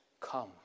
come